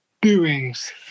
doings